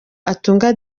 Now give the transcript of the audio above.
atunga